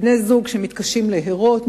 בני-זוג שמתקשים להרות,